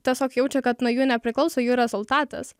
tiesiog jaučia kad nuo jų nepriklauso jų rezultatas